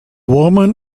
woman